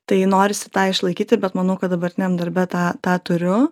tai norisi tą išlaikyti bet manau kad dabartiniam darbe tą tą turiu